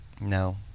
No